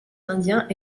indiens